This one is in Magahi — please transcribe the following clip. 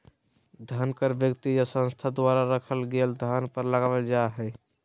धन कर व्यक्ति या संस्था द्वारा रखल गेल धन पर लगावल जा हइ